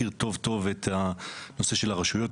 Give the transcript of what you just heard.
ואתה מכיר טוב-טוב את נושא הרשויות.